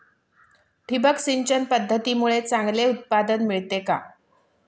ठिबक सिंचन पद्धतीमुळे चांगले उत्पादन मिळते का?